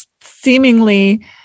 seemingly